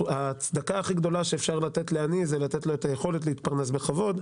והצדקה הכי גדולה שאפשר לתת לעני זה לתת לו את היכולת להתפרנס בכבוד,